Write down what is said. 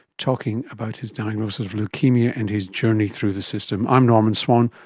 talking about his diagnosis of leukaemia and his journey through the system. i'm norman swan,